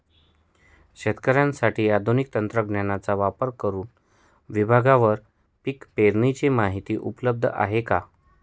शेतकऱ्यांसाठी आधुनिक तंत्रज्ञानाचा वापर करुन विभागवार पीक पेरणीची माहिती उपलब्ध आहे का?